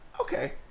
okay